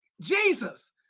Jesus